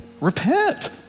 repent